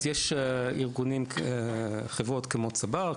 יש חברות כמו צבר,